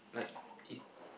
like if